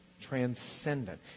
Transcendent